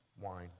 wine